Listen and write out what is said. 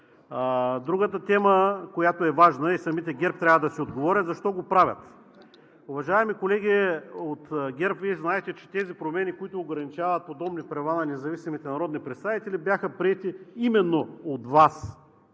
Другата тема, която е важна и самите ГЕРБ трябва да си отговорят: защо го правят? Уважаеми колеги от ГЕРБ, Вие знаете, че тези промени, които ограничават подобни права на независимите народни представители, бяха приети именно от Вас,